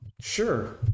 Sure